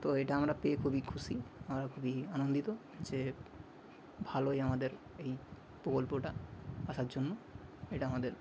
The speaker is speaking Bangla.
তো এটা আমরা পেয়ে খুবই খুশি আমরা খুবই আনন্দিত যে ভালোই আমাদের এই প্রকল্পটা আসার জন্য এটা আমাদের